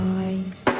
eyes